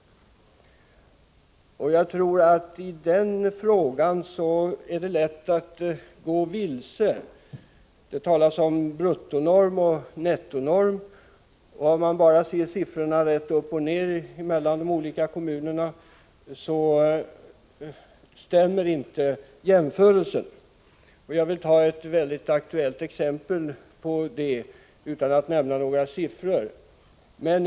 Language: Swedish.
När det gäller den frågan tror jag att det är lätt att gå vilse. Det talas om bruttonorm och nettonorm. Om man bara ser siffrorna mellan de olika kommunerna rätt upp och ned stämmer inte jämförelsen. Jag vill ta ett väldigt aktuellt exempel på detta, utan att nämna några siffror.